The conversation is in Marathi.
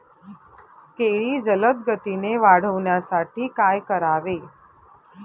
केळी जलदगतीने वाढण्यासाठी काय करावे?